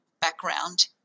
background